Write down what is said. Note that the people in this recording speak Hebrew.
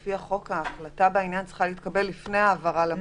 לפי החוק ההחלטה בעניין צריכה להתקבל לפני העברה למלונית.